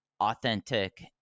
authentic